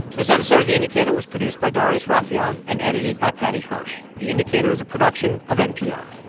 this episode of the indicator was produced by darius rafieyan and edited by paddy hirsch. the indicator's a production of npr